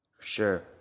Sure